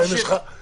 פה יש ריאיון.